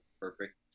perfect